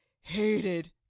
hated